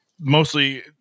Mostly